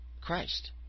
Christ